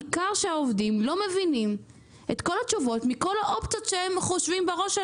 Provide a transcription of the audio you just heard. ניכר שהעובדים לא מבינים את כל התשובות מכל האופציות שהם חושבים בראש,